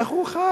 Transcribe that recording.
איך הוא חי?